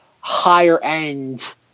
higher-end –